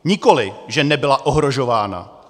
Nikoli, že nebyla ohrožována.